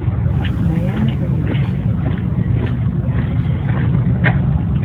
majamio universitete ji studijavo sociologiją